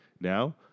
Now